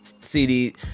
CD